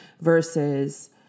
versus